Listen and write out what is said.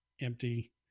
empty